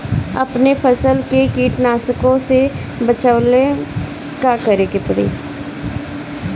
अपने फसल के कीटनाशको से बचावेला का करे परी?